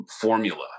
formula